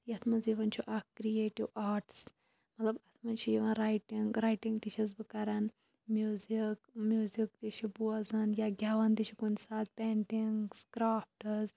یَتھ مَنٛز یِوان چھِ اکھ کریٹِو آٹٕس مَطلَب اتھ مَنٛز چھِ یِوان رایٹِنٛگ رایٹِنٛگ تہِ چھَس بہٕ کَران میوٗزِک میوٗزِک تہِ چھِ بوزان یا گیٚوان تہِ چھِ کُنہِ ساتہٕ پینٹِنٛگٕس کرافٹٕس